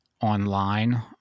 online